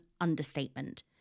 understatement